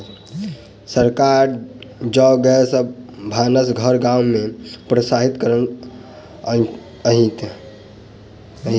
सरकार जैव गैस सॅ भानस घर गाम में प्रोत्साहित करैत अछि